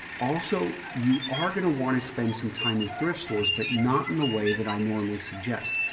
also, you are going to want to spend some time in thrift stores, but not in the way that i normally suggest.